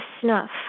snuff